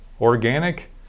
Organic